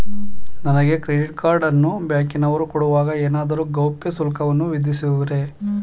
ನನಗೆ credit card ಅನ್ನು ಬ್ಯಾಂಕಿನವರು ಕೊಡುವಾಗ ಏನಾದರೂ ಗೌಪ್ಯ ಶುಲ್ಕವನ್ನು ವಿಧಿಸುವರೇ?